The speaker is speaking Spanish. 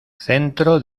centro